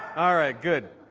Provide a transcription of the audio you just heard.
ah! all right, good.